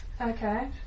Okay